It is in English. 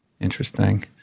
Interesting